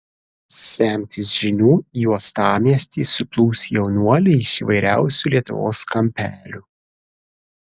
semtis žinių į uostamiestį suplūs jaunuoliai iš įvairiausių lietuvos kampelių